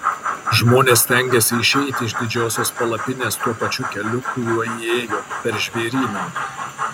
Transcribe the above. žmonės stengiasi išeiti iš didžiosios palapinės tuo pačiu keliu kuriuo įėjo per žvėryną